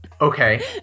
Okay